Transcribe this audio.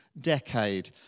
decade